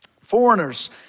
Foreigners